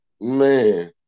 man